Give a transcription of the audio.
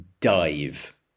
dive